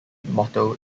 motto